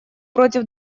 против